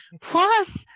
Plus